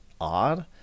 odd